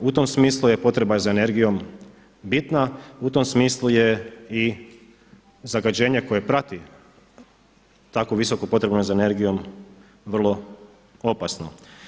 U tom smislu je potreba za energijom bitna, u tom smislu je i zagađenje koje prati takvu visoku potrebu za energijom vrlo opasno.